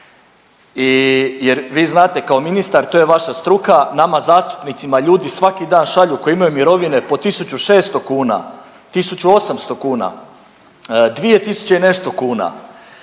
i, jer vi znate kao ministar, to je vaša struka, nama zastupnicima ljudi svaki dan šalju koji imaju mirovine po 1.600 kuna, 1.800 kuna, 2.000 i nešto kuna